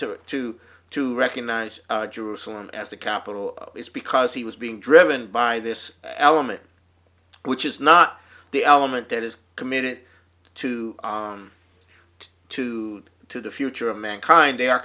to to to recognize jerusalem as the capital is because he was being driven by this element which is not the element that is committed to to to the future of mankind they are